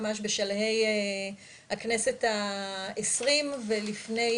ממש בשלהי הכנסת ה-20 ולפני